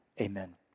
Amen